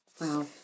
Wow